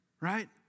right